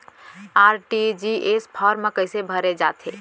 RTGS form कइसे भरे जाथे?